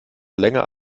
länger